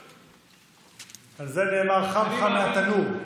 על זה נאמר: חם חם מהתנור.